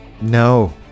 No